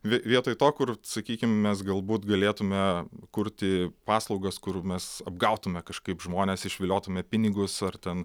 vi vietoj to kur sakykim mes galbūt galėtume kurti paslaugas kur mes apgautume kažkaip žmones išviliotume pinigus ar ten